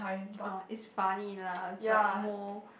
uh is funny lah is like more